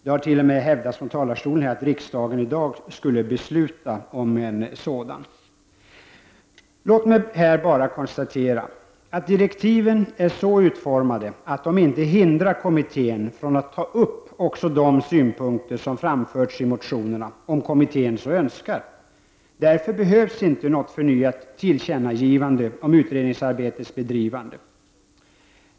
I talarstolen har det t.o.m. hävdats att riksdagen i dag borde besluta om en sådan. Låt mig bara konstatera att direktiven är så utformade att de inte hindrar kommittén att ta upp också de synpunkter som har framförts i motionerna, om kommittén så önskar. Därför behövs det inte något förnyat tillkännagivande om utredningsarbetets bedrivande.